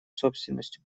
собственностью